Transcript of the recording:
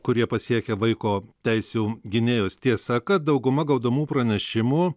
kurie pasiekia vaiko teisių gynėjus tiesa kad dauguma gaunamų pranešimų